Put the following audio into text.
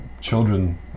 children